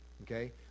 okay